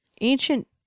ancient